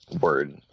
word